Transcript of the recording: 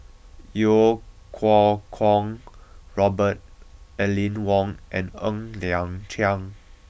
Iau Kuo Kwong Robert Aline Wong and Ng Liang Chiang